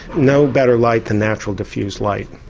no better light than natural diffused light.